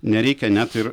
nereikia net ir